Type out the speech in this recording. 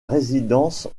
résidence